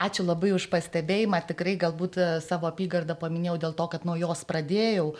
ačiū labai už pastebėjimą tikrai galbūt savo apygardą paminėjau dėl to kad nuo jos pradėjau